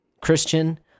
Christian